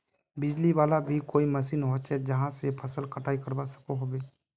बिजली वाला भी कोई मशीन होचे जहा से फसल कटाई करवा सकोहो होबे?